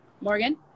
Morgan